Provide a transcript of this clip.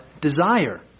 desire